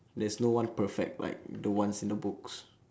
there's no one perfect like the ones in the books